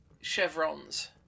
chevrons